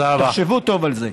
תחשבו טוב על זה.